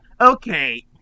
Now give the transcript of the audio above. Okay